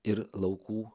ir laukų